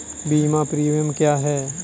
बीमा प्रीमियम क्या है?